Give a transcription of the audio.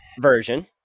version